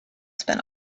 spin